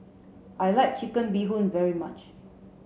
I like chicken bee hoon very much